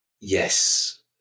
Yes